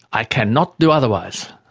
i cannot do otherwise.